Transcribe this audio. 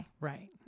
Right